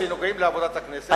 יש דברים שנוגעים לעבודת הכנסת,